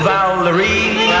Valerie